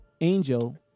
Angel